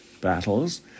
battles